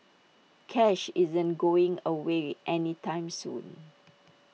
cash isn't going away any time soon